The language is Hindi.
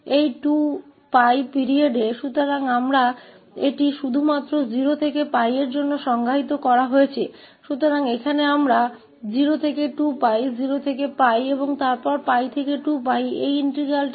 तो यहाँ हम इस समाकल को 0 से 2𝜋 तक 0 से 𝜋 तक और फिर 𝜋 से 2𝜋 तक तोड़ सकते हैं